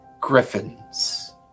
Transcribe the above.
griffins